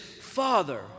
Father